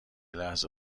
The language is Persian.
لحظه